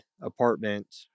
apartment